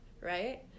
right